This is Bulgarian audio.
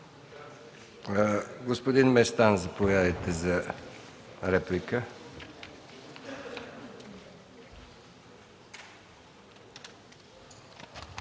Господин Местан, заповядайте за реплика.